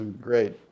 great